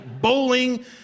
bowling